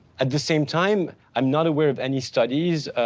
at the same time, i'm not aware of any studies,